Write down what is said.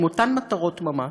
עם אותן מטרות ממש,